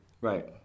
Right